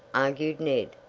argued ned.